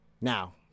now